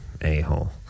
A-hole